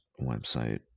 website